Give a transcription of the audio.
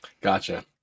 Gotcha